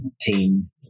team